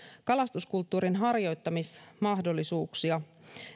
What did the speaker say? kalastuskulttuurin harjoittamismahdollisuuksia